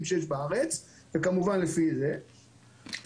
כמובן לפי החוק,